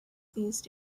these